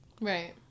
Right